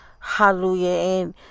Hallelujah